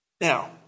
Now